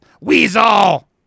Weasel